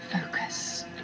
focus